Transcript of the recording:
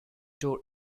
door